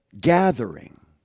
gathering